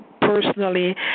personally